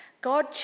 God